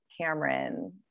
Cameron